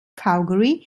calgary